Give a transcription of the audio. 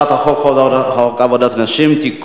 אנחנו מבקשים להעלות את הצעת חוק עבודת נשים (תיקון,